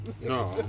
No